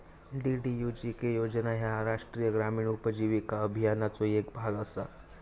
DDUGK योजना ह्या राष्ट्रीय ग्रामीण उपजीविका अभियानाचो येक भाग असा